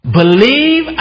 believe